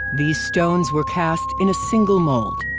these stones were cast in a single mold.